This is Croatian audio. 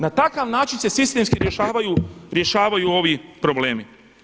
Na takav način se sistemski rješavaju ovi problemi.